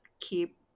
keep